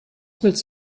willst